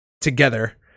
together